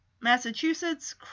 Massachusetts